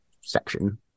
section